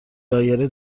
دایره